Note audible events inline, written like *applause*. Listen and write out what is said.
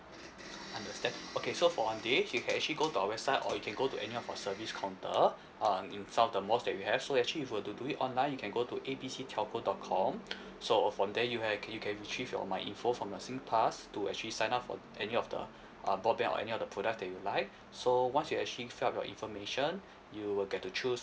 understand okay so for one day you can actually go to our website or you can go to any of our service counter um in some of the malls that we have so actually if you were to do it online you can go to A B C telco dot com *breath* so from there you ha~ you can retrieve your my info from your singpass to actually sign up for any of the uh broadband or any other product that you like so once you actually filled your information you will get to choose